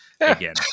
again